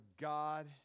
god